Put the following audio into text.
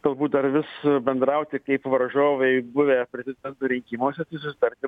galbūt dar vis bendrauti kaip varžovai buvę prezidento rinkimuose tai susitarti